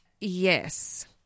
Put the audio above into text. Yes